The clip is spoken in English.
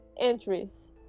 entries